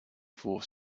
for